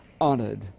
honored